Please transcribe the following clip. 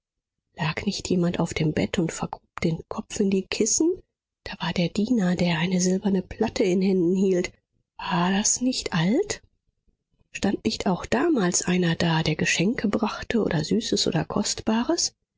lag nicht jemand auf dem bett und vergrub den kopf in die kissen da war der diener der eine silberne platte in händen hielt war das nicht alt stand nicht auch damals einer da der geschenke brachte oder süßes oder kostbares